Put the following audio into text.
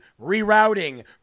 rerouting